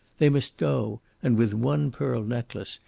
they must go, and with one pearl necklace,